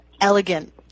elegant